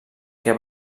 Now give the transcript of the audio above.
que